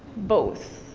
both.